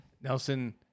Nelson